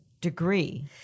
degree